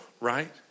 right